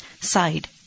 side